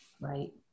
Right